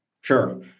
Sure